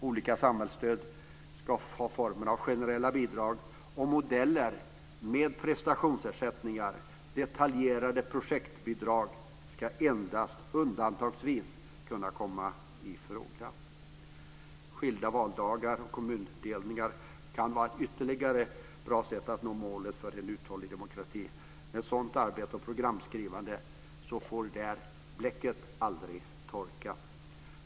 Olika samhällsstöd ska ha formen av generella bidrag, och modeller med prestationsersättningar och detaljerade projektbidrag ska endast undantagsvis kunna komma i fråga. Skilda valdagar och kommundelningar kan vara ytterligare ett bra sätt att nå målet för en uthållig demokrati. Med ett sådant arbete och programskrivande får "bläcket aldrig torka".